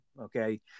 Okay